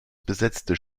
besetzte